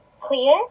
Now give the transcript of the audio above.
Clear